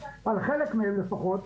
חלק מהם לפחות,